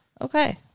okay